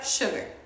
sugar